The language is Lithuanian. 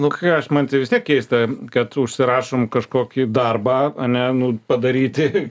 nu ką aš mantai vis tiek keista kad užsirašom kažkokį darbą ane nu padaryti